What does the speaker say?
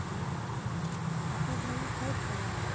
ठीक कातिकमे छठि पर्ब